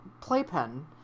playpen